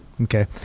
Okay